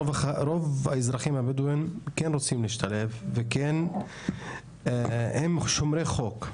רוב האזרחים הבדואים כן רוצים להשתלב והם כן שומרי חוק.